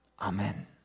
Amen